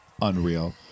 unreal